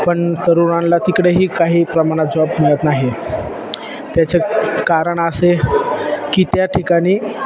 पण तरुणाला तिकडेही काही प्रमाणात जॉब मिळत नाही त्याचं कारण असे की त्या ठिकाणी